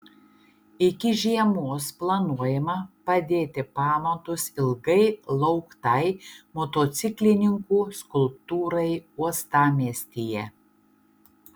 iki žiemos planuojama padėti pamatus ilgai lauktai motociklininkų skulptūrai uostamiestyje